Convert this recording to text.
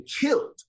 killed